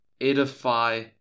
Edify